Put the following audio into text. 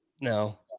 No